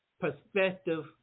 perspective